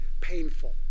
painful